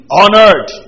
honored